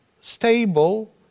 stable